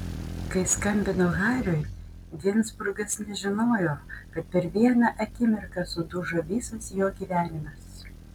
kai skambino hariui ginzburgas nežinojo kad per vieną akimirką sudužo visas jo gyvenimas